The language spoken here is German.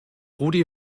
rudi